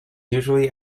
usually